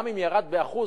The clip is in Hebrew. גם אם ירד ב-1%,